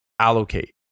allocate